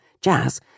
Jazz